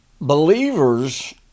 believers